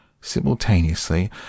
Simultaneously